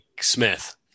Smith